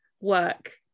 work